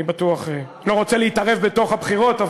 לא רוצה להתערב בתוך הבחירות,